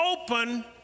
open